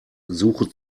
suche